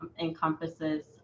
encompasses